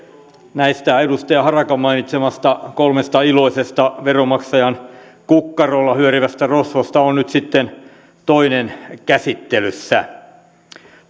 näistä edustaja harakan mainitsemista kolmesta iloisesta veronmaksajan kukkarolla hyörivästä rosvosta on nyt sitten toinen käsittelyssä